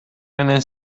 менен